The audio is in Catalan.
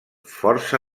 força